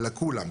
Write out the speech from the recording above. אלא כולם.